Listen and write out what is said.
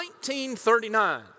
1939